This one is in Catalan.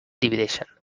divideixen